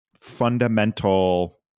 fundamental